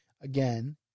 Again